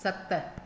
सत